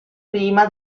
prima